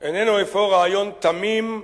איננו אפוא רעיון 'תמים',